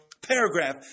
paragraph